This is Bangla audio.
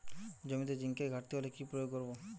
জমিতে জিঙ্কের ঘাটতি হলে কি প্রয়োগ করব?